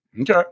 Okay